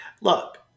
look